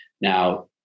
Now